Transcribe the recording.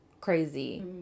crazy